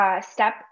Step